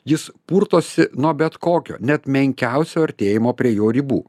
jis purtosi nuo bet kokio net menkiausio artėjimo prie jo ribų